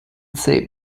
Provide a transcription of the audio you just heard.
saint